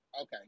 Okay